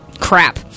crap